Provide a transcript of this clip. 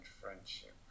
friendship